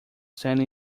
sand